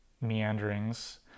meanderings